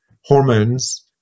hormones